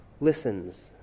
listens